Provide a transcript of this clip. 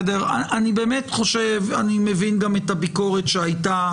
אני באמת חושב, ואני מבין גם את הביקורת שהייתה